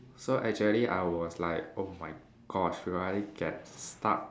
so actually I was like oh my gosh will I get stuck